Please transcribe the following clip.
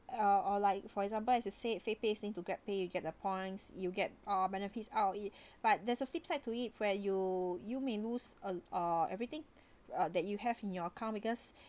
uh or like for example as you said favepay's into grab pay you get the points you get uh benefits out of it but there's a flip side to it where you you may lose a uh everything that you have in your account because